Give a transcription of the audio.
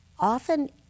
Often